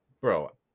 bro